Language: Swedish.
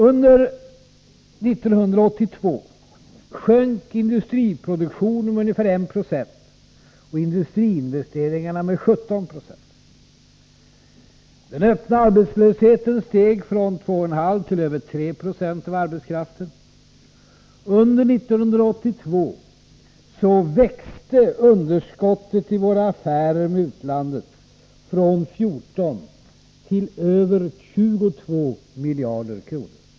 Under 1982 sjönk industriproduktionen med ungefär 1 96 och industrins investeringar med 17 96. Den öppna arbetslösheten steg från 2,5 90 till över 3 Zo av arbetskraften. Under 1982 växte underskottet i våra affärer med utlandet från 14 till över 22 miljarder kronor.